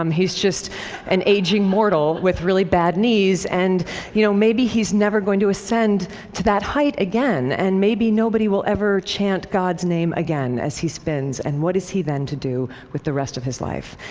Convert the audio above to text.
um he's just an aging mortal with really bad knees, and you know maybe he's never going to ascend to that height again. and maybe nobody will ever chant god's name again as he spins, and what is he then to do with the rest of his life?